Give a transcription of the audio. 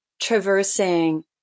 traversing